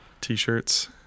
t-shirts